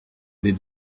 des